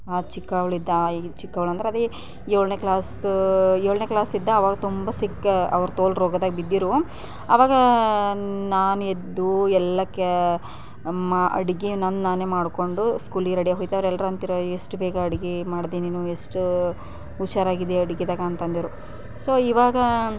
ನಾ ಚಿಕ್ಕವ್ಳು ಇದ್ದಾಗ ಚಿಕ್ಕವ್ಳು ಅಂದ್ರೆ ಅದು ಏಳನೇ ಕ್ಲಾಸ್ ಏಳನೇ ಕ್ಲಾಸ್ ಇದ್ದೆ ಆವಾಗ ತುಂಬ ಸಿಕ್ಕ ಅವ್ರು ತೋಲ್ ರೋಗದಾಗ ಬಿದ್ದಿದ್ರು ಅವಾಗ ನಾನು ಎದ್ದು ಎಲ್ಲ ಕೆ ಮಾ ಅಡುಗೆ ನನ್ನ ನಾನೇ ಮಾಡಿಕೊಂಡು ಸ್ಕೂಲಿಗೆ ರೆಡಿಯಾಗಿ ಹೋದ್ರೆ ಎಲ್ಲರೂ ಅಂತಿದ್ರು ಎಷ್ಟು ಬೇಗ ಅಡುಗೆ ಮಾಡಿದೆ ನೀನು ಎಷ್ಟು ಹುಷಾರಾಗಿದ್ಯಾ ಅಡುಗೆದಾಗ ಅಂತ ಅಂದರು ಸೊ ಇವಾಗ